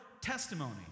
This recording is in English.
testimony